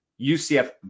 UCF